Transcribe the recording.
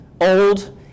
old